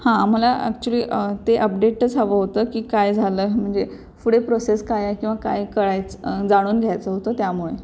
हां आम्हाला ॲक्च्युली ते अपडेटच हवं होतं की काय झालं म्हणजे पुढे प्रोसेस काय आहे किंवा काय कळायचं जाणून घ्यायचं होतं त्यामुळे